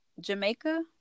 Jamaica